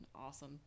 awesome